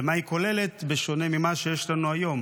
ומה היא כוללת, בשונה ממה שיש לנו היום.